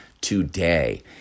today